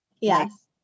Yes